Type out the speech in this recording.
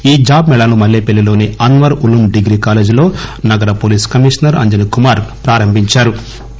ఈ జాట్ మేళాను మల్లేపల్లిలోని అన్వర్ ఉలూమ్ డిగ్రీ కాలేజీలో నగర పోలీస్ కమిషనర్ అంజనీకుమార్ ప్రారంభించారు